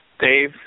Dave